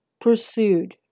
pursued